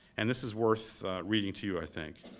and this is worth reading to you, i think.